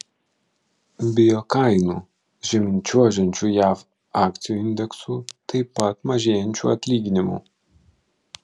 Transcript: bijo kainų žemyn čiuožiančių jav akcijų indeksų taip pat mažėjančių atlyginimų